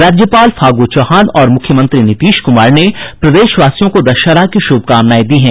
राज्यपाल फागु चौहान और मुख्यमंत्री नीतीश कुमार ने प्रदेशवासियों को दशहरा की शुभकामनाएं दी हैं